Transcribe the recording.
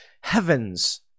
Heavens